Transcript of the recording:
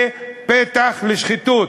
זה פתח לשחיתות,